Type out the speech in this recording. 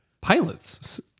Pilots